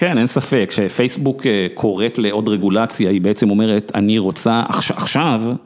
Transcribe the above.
כן אין ספק, כשפייסבוק קוראת לעוד רגולציה היא בעצם אומרת אני רוצה עכשיו